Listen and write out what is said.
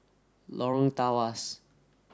Lorong Tawas